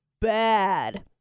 bad